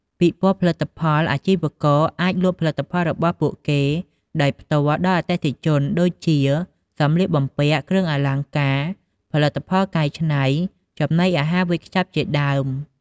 ពិព័រណ៍ផលិតផល អាជីវករអាចលក់ផលិតផលរបស់ពួកគេដោយផ្ទាល់ដល់អតិថិជន ដូចជា សំលៀកបំពាក់ គ្រឿងអលង្ការ ផលិតផលកែច្នៃ ចំណីអាហារវេចខ្ចប់ជាដើម។